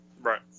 Right